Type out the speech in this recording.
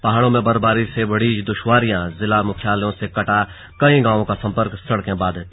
पहाड़ों में बर्फबारी से बढ़ी दृश्वारियांजिला मुख्यालयों से कटा कई गांवों का संपर्कसड़के बाधित